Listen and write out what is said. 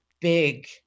big